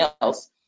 else